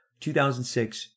2006